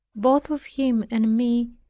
both of him and me,